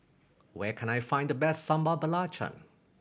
where can I find the best Sambal Belacan